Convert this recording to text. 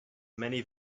many